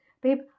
babe